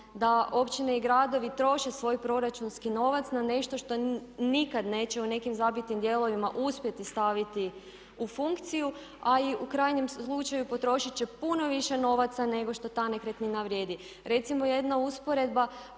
da općine i gradovi troše svoj proračunski novac na nešto što nikad neće u zabitim dijelovima uspjeti staviti u funkciju ali u krajnjem slučaju potrošit će puno više novaca nego što ta nekretnina vrijedi. Recimo jedna usporedba